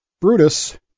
Brutus